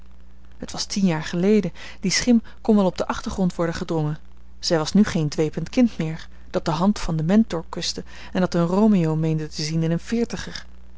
het was tien jaar geleden die schim kon wel op den achtergrond worden gedrongen zij was nu geen dweepend kind meer dat de hand van den mentor kuste en dat een romeo meende te zien in een veertiger